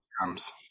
comes